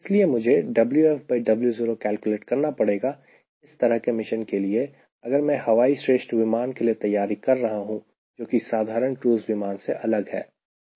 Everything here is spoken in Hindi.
इसलिए मुझे WfWo कैलकुलेट करना पड़ेगा इस तरह के मिशन के लिए अगर मैं हवाई श्रेष्ठ विमान के लिए तैयारी कर रहा हूं जो कि साधारण क्रूज़ विमान से अलग है